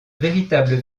véritables